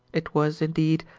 it was, indeed,